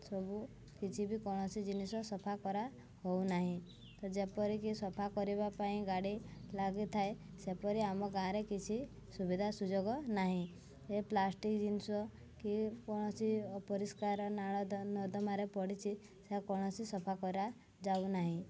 ସବୁ କିଛି ବି କୌଣସି ଜିନିଷ ସଫା କରା ହଉନାହିଁ ତ ଯେପରିକି ସଫା କରିବା ପାଇଁ ଗାଡ଼ି ଲାଗିଥାଏ ସେପରି ଆମ ଗାଁରେ କିଛି ସୁବିଧା ସୁଯୋଗ ନାହିଁ ଏ ପ୍ଲାଷ୍ଟିକ ଜିନିଷ କି କୌଣସି ଅପରିଷ୍କାର ନାଳ ନର୍ଦ୍ଦମାରେ ପଡ଼ିଛି ସେ କୌଣସି ସଫା କରାଯାଉ ନାହିଁ